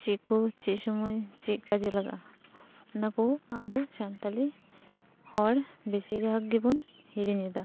ᱪᱮᱫ ᱠᱚ ᱪᱮᱫ ᱥᱚᱢᱚᱭ ᱪᱮᱫ ᱠᱟᱡᱮ ᱞᱟᱜᱟᱜᱼᱟ ᱚᱱᱟ ᱠᱚ ᱟᱵᱚ ᱥᱟᱱᱛᱟᱞᱤ ᱦᱚᱲ ᱵᱮᱥᱤᱨ ᱵᱷᱟᱜᱽ ᱜᱮᱵᱚᱱ ᱦᱤᱲᱤᱧ ᱮᱫᱟ